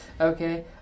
Okay